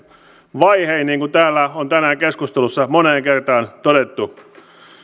vaihein niin kuin täällä on tänään keskustelussa moneen kertaan todettu